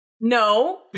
no